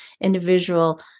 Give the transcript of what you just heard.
individual